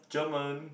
German